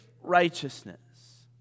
righteousness